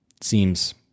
seems